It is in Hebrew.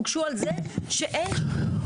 הוגשו על זה שאין מידע.